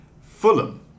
Fulham